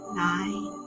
nine